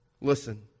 Listen